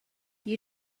you